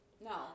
No